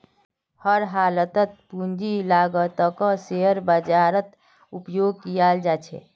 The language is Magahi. हर हालतत पूंजीर लागतक शेयर बाजारत उपयोग कियाल जा छे